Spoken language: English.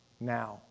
Now